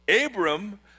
Abram